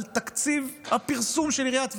על תקציב הפרסום של עיריית טבריה.